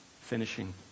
Finishing